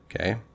Okay